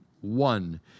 One